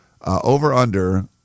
Over-under